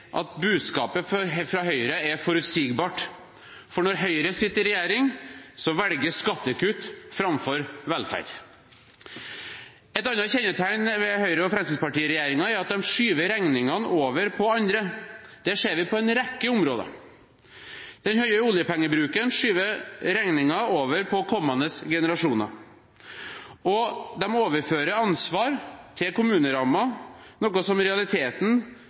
at budskapet fra Høyre er forutsigbart. For når Høyre sitter i regjeringen, velges skattekutt framfor velferd. Et annet kjennetegn ved Høyre–Fremskrittsparti-regjeringen er at de skyver regningene over på andre. Det ser vi på en rekke områder. Den høye oljepengebruken skyver regningen over på kommende generasjoner, og de overfører ansvar til kommunerammen, noe som i realiteten